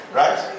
right